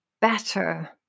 better